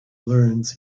learns